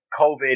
COVID